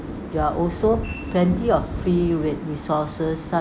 there are also plenty of free re~ resources